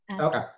Okay